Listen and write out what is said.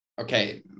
Okay